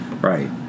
Right